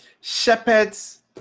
shepherds